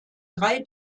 drei